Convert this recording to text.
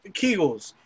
kegels